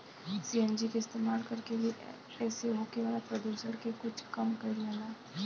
CNG के इस्तमाल कर के भी एसे होखे वाला प्रदुषण के कुछ कम कईल जाला